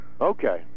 okay